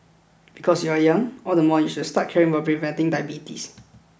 because you are young all the more you should start caring about preventing diabetes